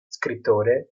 scrittore